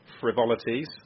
frivolities